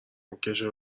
نکشن